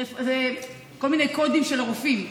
זה כל מיני קודים של רופאים,